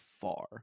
far